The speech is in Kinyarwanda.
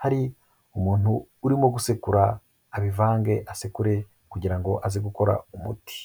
hari umuntu urimo gusekura abivange asekure kugira ngo aze gukora umuti.